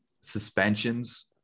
suspensions